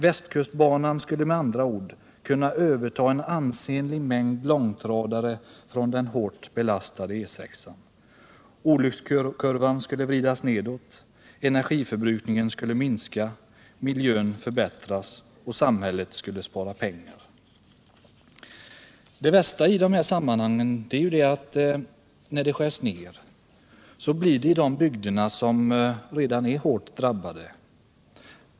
Västkustbanan skulle med andra ord kunna överta en ansenlig mängd långtradare från den hårt belastade E-6:an. Olyckskurvan skulle vridas nedåt, energiförbrukningen skulle minska, miljön förbättras och samhället skulle spara pengar.” Det värsta är att när det skärs ned, så är det i de bygder som redan är hårt drabbade.